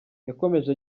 yakomeje